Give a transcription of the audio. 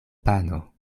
pano